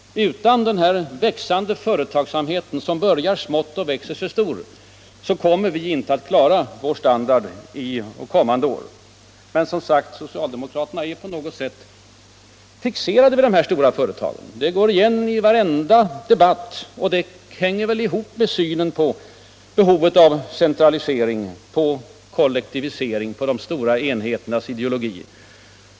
Utan den växande företagsamhet som börjar smått och växer sig stor kommer vi inte att klara vår standard under kommande år. Men, som sagt, socialdemokraterna är på något sätt fixerade just vid stora företag. Detta går igen i varenda debatt, och det hänger väl ihop med synen på behovet av centralisering, på kollektivisering och på de stora enheternas ideologi.